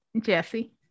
Jesse